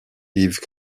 yves